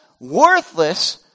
worthless